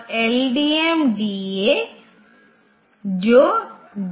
तो R14 इस गंतव्य की ओर इशारा करता है R14 ब्लॉक के अंत की ओर इशारा करता है